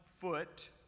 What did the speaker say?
foot